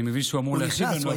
הוא נכנס.